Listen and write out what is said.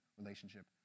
relationship